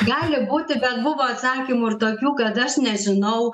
gali būti bet buvo atsakymų ir tokių kad aš nežinau